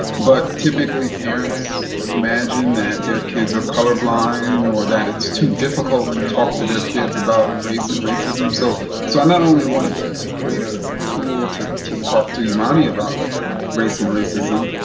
but, typically, parents imagine that their kids are color blind, or that it's too difficult to talk to their kids about race and racism. so so i not only wanted to to create a tool to to talk to imani about race and racism,